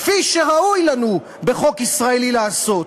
כפי שראוי לנו, בחוק ישראלי, לעשות.